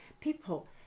People